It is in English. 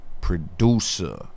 producer